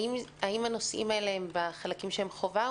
האם הנושאים האלה הם בחלקים שהם חובה,